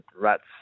Rats